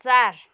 चार